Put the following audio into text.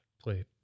play